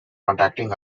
contacting